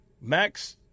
Max